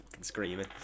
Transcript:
screaming